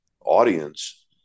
audience